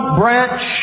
branch